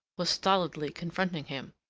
was stolidly confronting him.